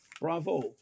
bravo